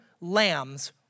lambs